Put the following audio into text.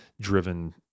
driven